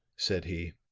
said he.